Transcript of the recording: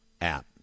app